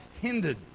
hindered